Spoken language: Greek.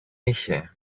είχε